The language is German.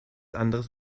anderes